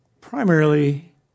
primarily